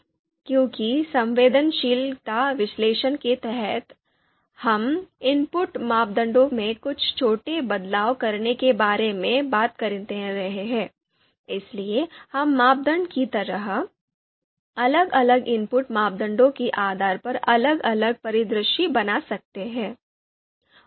क्योंकि संवेदनशीलता विश्लेषण के तहत हम इनपुट मापदंडों में कुछ छोटे बदलाव करने के बारे में बात कर रहे हैं इसलिए हम मापदंड की तरह अलग अलग इनपुट मापदंडों के आधार पर अलग अलग परिदृश्य बना सकते हैं